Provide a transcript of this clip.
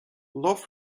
love